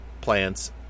plants